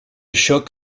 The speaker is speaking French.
choc